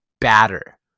batter